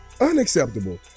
unacceptable